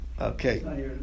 Okay